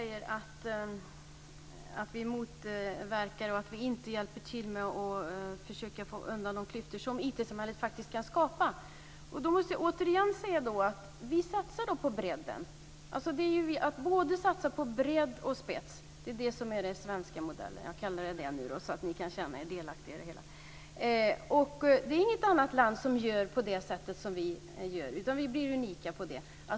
Fru talman! Johnny Gylling säger att vi inte hjälper till med att försöka få bort de klyftor som IT samhället kan skapa. Då måste jag återigen säga att vi satsar på både bredd och spets. Det är det som är den svenska modellen - jag kallar den för det så att ni kan känna er delaktiga i det hela. Det är inget annat land som gör på det sättet som vi gör. Vi är alltså unika i det sammanhanget.